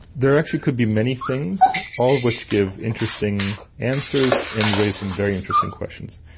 there actually could be many things, all of which give interesting answers and raise some very interesting questions.